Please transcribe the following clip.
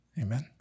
Amen